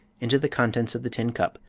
into the contents of the tin cup,